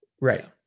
Right